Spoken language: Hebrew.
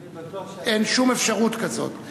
אני בטוח שאתה, אין שום אפשרות כזאת.